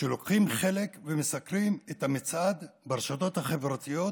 שלוקחים חלק ומסקרים את המצעד ברשתות החברתיות